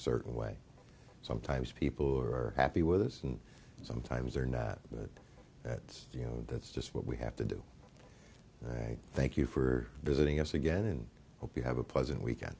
certain way sometimes people are happy with us and sometimes they're not but that's you know that's just what we have to do and i thank you for visiting us again and hope you have a pleasant weekend